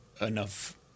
enough